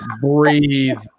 breathe